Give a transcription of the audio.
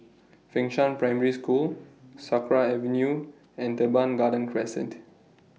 Fengshan Primary School Sakra Avenue and Teban Garden Crescent